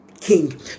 king